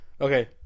okay